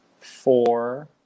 four